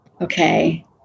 okay